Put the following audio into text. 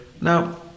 Now